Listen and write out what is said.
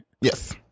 Yes